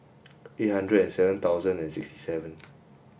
eight hundred and seven thousand and sixty seven